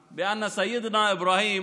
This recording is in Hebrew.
להלן תרגומם: ואני בטוח לגמרי שאברהים,